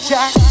Jack